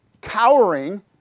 cowering